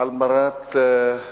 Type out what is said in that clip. על מנת להראות